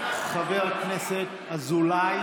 חבר הכנסת אזולאי.